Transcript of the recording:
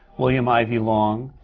william ivey long,